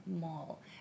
Mall